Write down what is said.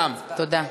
תודה.